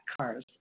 cars